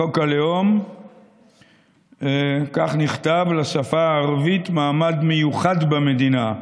בחוק הלאום כך נכתב: "לשפה הערבית מעמד מיוחד במדינה,